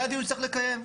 זה הדיון שצריך לקיים.